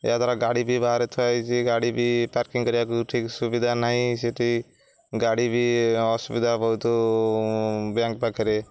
ଏହାଦ୍ଵାରା ଗାଡ଼ି ବି ବାହାରେ ଥୁଆଯାଇଛି ଗାଡ଼ି ବି ପାର୍କିଂ କରିବାକୁ ଠିକ୍ ସୁବିଧା ନାହିଁ ସେଠି ଗାଡ଼ି ବି ଅସୁବିଧା ବହୁତ ବ୍ୟାଙ୍କ ପାଖରେ